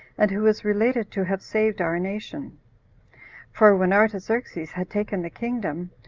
and who is related to have saved our nation for when artaxerxes had taken the kingdom,